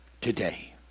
today